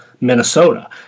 Minnesota